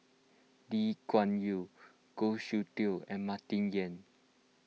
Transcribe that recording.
Lee Kuan Yew Goh Soon Tioe and Martin Yan